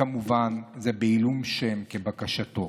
כמובן שזה בעילום שם, כבקשתו.